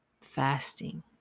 fasting